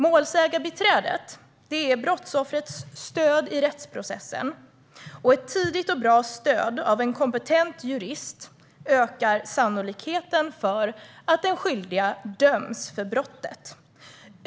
Målsägarbiträdet är brottsoffrets stöd i rättsprocessen, och ett tidigt och bra stöd från en kompetent jurist ökar sannolikheten för att den skyldige döms för brottet.